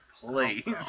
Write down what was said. Please